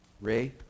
Ray